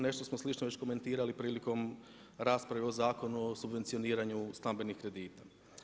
Nešto smo slično već komentirali prilikom rasprave O Zakonu o subvencioniranju stambenih kredita.